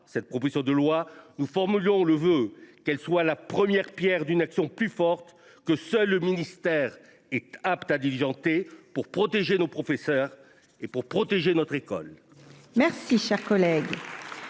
cette proposition de loi. Nous formons le vœu qu’elle soit la première pierre d’une action plus forte que seul le ministère est apte à diligenter, pour protéger nos professeurs et pour protéger notre école. Très bien